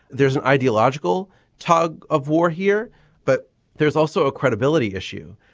there's an ideological tug of war here but there's also a credibility issue.